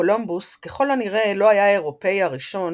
קולומבוס ככול הנראה לא היה האירופאי הראשון